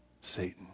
Satan